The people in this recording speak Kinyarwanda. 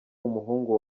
umuhungu